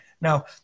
Now